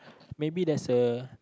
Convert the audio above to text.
maybe there's a